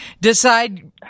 decide